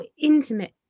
intimate